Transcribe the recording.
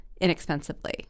inexpensively